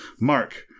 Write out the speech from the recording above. Mark